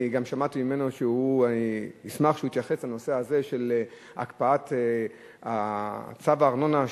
אני אשמח אם הוא יתייחס לנושא של הקפאת צו הארנונה,